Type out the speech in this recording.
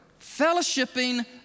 fellowshipping